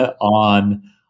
on